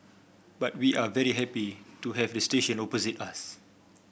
but we are very happy to have a station opposite us